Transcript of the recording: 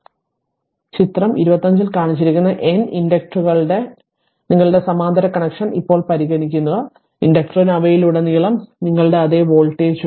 അതിനാൽ ചിത്രം 25 ൽ കാണിച്ചിരിക്കുന്ന N ഇൻഡക്റ്ററുകളുടെ നിങ്ങളുടെ സമാന്തര കണക്ഷൻ ഇപ്പോൾ പരിഗണിക്കുക ഇൻഡക്റ്ററിന് അവയിലുടനീളം നിങ്ങളുടെ അതേ വോൾട്ടേജ് ഉണ്ട്